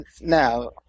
Now